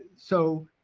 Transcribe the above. so,